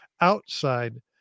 outside